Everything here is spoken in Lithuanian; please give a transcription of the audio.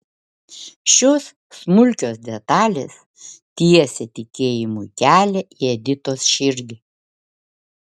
šios smulkios detalės tiesė tikėjimui kelią į editos širdį